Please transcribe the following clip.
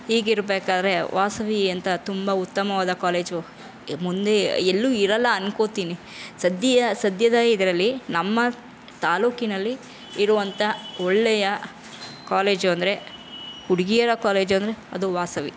ಹೀಗಿರಬೇಕಾದ್ರೆ ವಾಸವಿ ಅಂಥ ತುಂಬ ಉತ್ತಮವಾದ ಕಾಲೇಜು ಮುಂದೆ ಎಲ್ಲೂ ಇರೋಲ್ಲ ಅನ್ಕೋತೀನಿ ಸದ್ಯ ಸದ್ಯದ ಇದರಲ್ಲಿ ನಮ್ಮ ತಾಲೂಕಿನಲ್ಲಿ ಇರುವಂಥ ಒಳ್ಳೆಯ ಕಾಲೇಜು ಅಂದರೆ ಹುಡುಗಿಯರ ಕಾಲೇಜ್ ಅಂದರೆ ಅದು ವಾಸವಿ